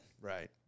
Right